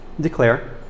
declare